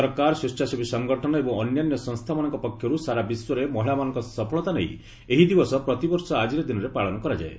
ସରକାର ସ୍ୱେଚ୍ଛାସେବୀ ସଂଗଠନ ଏବଂ ଅନ୍ୟାନ୍ୟ ସଂସ୍ଥାମାନଙ୍କ ପକ୍ଷରୁ ସାରା ବିଶ୍ୱରେ ମହିଳାମାନଙ୍କ ସଫଳତା ନେଇ ଏହି ଦିବସ ପ୍ରତିବର୍ଷ ଆଜିର ଦିନରେ ପାଳନ କରାଯାଏ